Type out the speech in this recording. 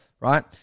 right